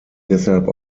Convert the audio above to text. deshalb